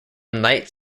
knight